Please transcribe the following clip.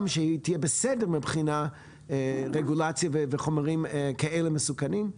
שהיא תהיה בסדר מבחינת רגולציה של חומרים כאלה מסוכנים,